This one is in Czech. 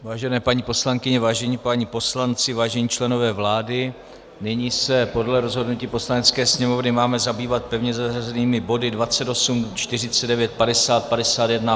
Vážené paní poslankyně, vážení páni poslanci, vážení členové vlády, nyní se podle rozhodnutí Poslanecké sněmovny máme zabývat pevně zařazenými body 28, 49, 50, 51 a 52.